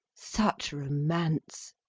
such romance!